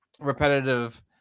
repetitive